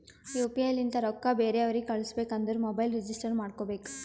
you P I ಲಿಂತ ರೊಕ್ಕಾ ಬೇರೆ ಅವ್ರಿಗ ಕಳುಸ್ಬೇಕ್ ಅಂದುರ್ ಮೊಬೈಲ್ ರಿಜಿಸ್ಟರ್ ಮಾಡ್ಕೋಬೇಕ್